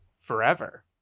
forever